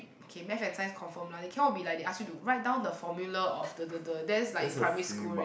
okay Math and Science confirm lah they cannot be like they ask you to write down the formula of duh duh duh that's like in primary school already